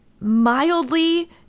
mildly